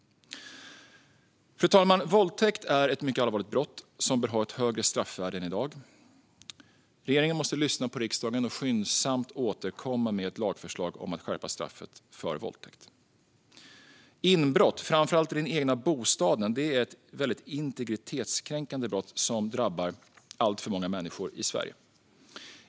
Fru talman! Våldtäkt är ett mycket allvarligt brott som bör ha ett högre straffvärde än i dag. Regeringen måste lyssna på riksdagen och skyndsamt återkomma med ett lagförslag om att skräpa straffet för våldtäkt. Inbrott, framför allt i den egna bostaden, är ett mycket integritetskränkande brott som drabbar alltför många människor i Sverige.